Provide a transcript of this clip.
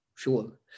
Sure